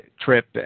trip